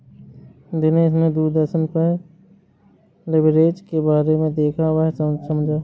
दिनेश ने दूरदर्शन पर लिवरेज के बारे में देखा वह समझा